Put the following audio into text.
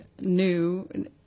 new